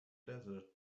desert